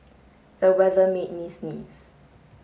the weather made me sneeze